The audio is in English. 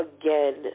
again